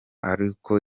aruko